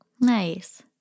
Nice